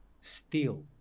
steal